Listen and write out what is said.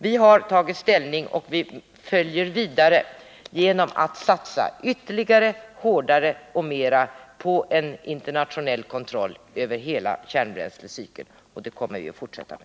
Vi har tagit ställning och vi går vidare genom att ytterligare och hårdare satsa på en internationell kontroll över hela kärnbränslecykeln, och det kommer vi att fortsätta med.